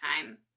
time